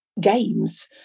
games